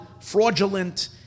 fraudulent